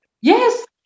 Yes